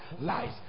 lies